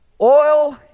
oil